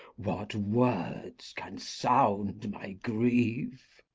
what words can sound my grief?